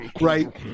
Right